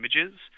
images